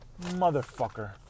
Motherfucker